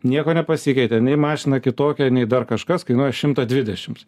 nieko nepasikeitė nei mašina kitokia nei dar kažkas kainuoja šimtą dvidešims